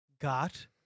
got